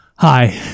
hi